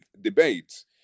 debate